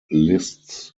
lists